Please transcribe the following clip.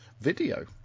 video